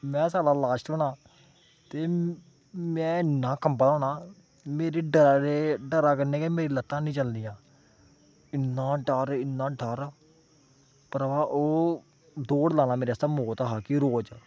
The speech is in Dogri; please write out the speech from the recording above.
मैं सारे कोला लास्ट होना ते मैं इन्ना कम्बा दे होना मेरी डरै ने डरै कन्नै गै मेरी लत्तां ऐनी चलनियां इन्ना डर इन्ना डर भ्रावा ओह् दौड़ लाना मेरे आस्तै मौत हा कि रोज